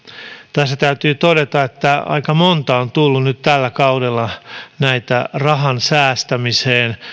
tässä täytyy todeta että aika monta on tullut nyt tällä kaudella näitä rahan säästämiseen ja